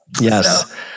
Yes